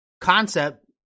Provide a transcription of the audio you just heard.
concept